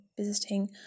visiting